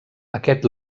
aquest